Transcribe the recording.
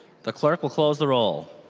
the clerk will close the roll.